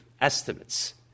estimates